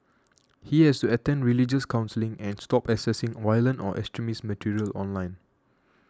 he has to attend religious counselling and stop accessing violent or extremist material online